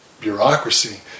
bureaucracy